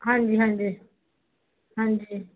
ਹਾਂਜੀ ਹਾਂਜੀ ਹਾਂਜੀ